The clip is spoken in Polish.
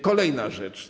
Kolejna rzecz.